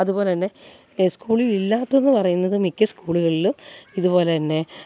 അതുപോലെ തന്നെ ഈ സ്കൂളിൽ ഇല്ലാത്തതെന്ന് പറയുന്നത് മിക്ക സ്കൂളുകളിലും ഇതുപോലെ തന്നെ